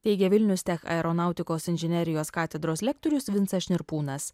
teigia vilnius tech aeronautikos inžinerijos katedros lektorius vincas šnirpūnas